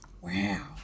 Wow